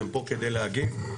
והם פה כדי להגיב,